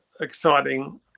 exciting